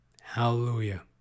Hallelujah